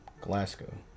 Glasgow